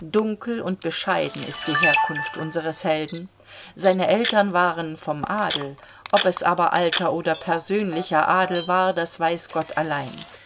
dunkel und bescheiden ist die herkunft unseres helden seine eltern waren vom adel ob es aber alter oder persönlicher adel war das weiß gott allein